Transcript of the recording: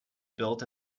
built